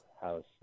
House